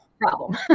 problem